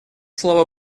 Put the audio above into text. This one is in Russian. слово